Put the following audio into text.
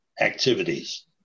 activities